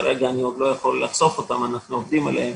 כרגע לא יכול לחשוף עליהן כי אנחנו עובדים עליהן,